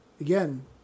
Again